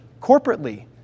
corporately